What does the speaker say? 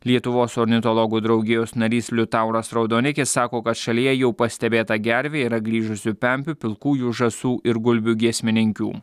lietuvos ornitologų draugijos narys liutauras raudonikis sako kad šalyje jau pastebėta gervė yra grįžusių pempių pilkųjų žąsų ir gulbių giesmininkių